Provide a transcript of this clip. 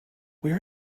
where